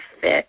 fit